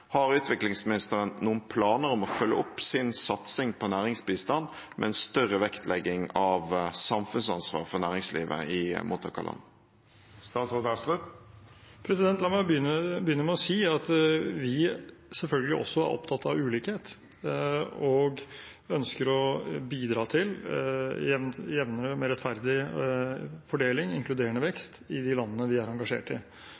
Har utviklingsministeren noen planer om å følge opp sin satsing på næringsbistand med en større vektlegging av samfunnsansvaret for næringslivet i mottakerlandene? La meg begynne med å si at vi selvfølgelig også er opptatt av ulikhet og ønsker å bidra til jevnere, mer rettferdig fordeling, inkluderende vekst i